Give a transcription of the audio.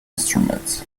instruments